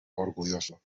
orgulloso